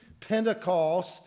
Pentecost